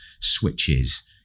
switches